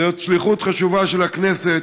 זאת שליחות חשובה של הכנסת,